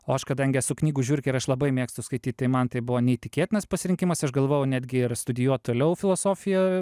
o aš kadangi esu knygų žiurkė ir aš labai mėgstu skaityt tai man tai buvo neįtikėtinas pasirinkimas aš galvojau netgi ir studijuot toliau filosofiją